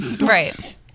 right